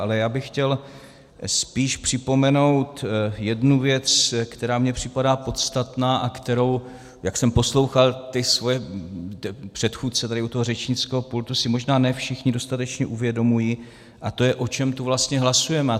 Ale já bych chtěl spíš připomenout jednu věc, která mi připadá podstatná a kterou, jak jsem poslouchal svoje předchůdce tady u toho řečnického pultu, si možná ne všichni dostatečně uvědomují, a to je, o čem tady vlastně hlasujeme.